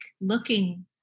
looking